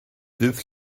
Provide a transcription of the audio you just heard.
dydd